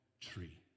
tree